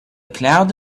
cloud